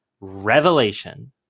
Revelation